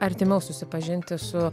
artimiau susipažinti su